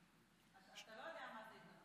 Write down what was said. אתה לא יודע מה זה התנדבות?